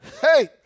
Hey